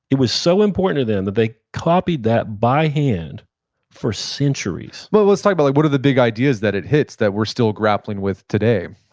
it was so important to them that they copied that by hand for centuries but let's talk about that. like what are the big ideas that it hits that we're still grappling with today?